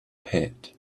pit